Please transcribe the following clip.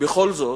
בכל זאת,